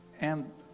and